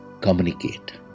communicate